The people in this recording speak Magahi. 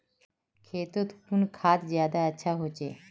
खेतोत कुन खाद ज्यादा अच्छा होचे?